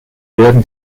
werden